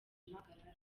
impagarara